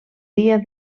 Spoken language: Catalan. dia